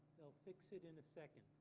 they'll fix it in a second.